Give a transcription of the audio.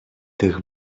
tych